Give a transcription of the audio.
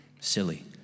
Silly